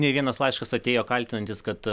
nei vienas laiškas atėjo kaltinantis kad